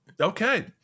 Okay